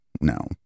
no